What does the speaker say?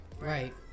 Right